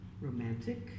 romantic